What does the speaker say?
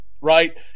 Right